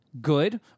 good